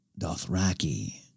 Dothraki